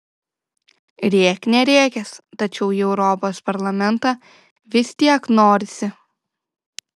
rėk nerėkęs tačiau į europos parlamentą vis tiek norisi